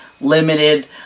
limited